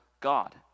God